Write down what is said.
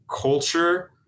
culture